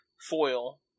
foil